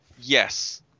yes